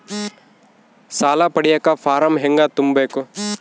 ಸಾಲ ಪಡಿಯಕ ಫಾರಂ ಹೆಂಗ ತುಂಬಬೇಕು?